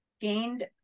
gained